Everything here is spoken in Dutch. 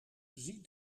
zie